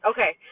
Okay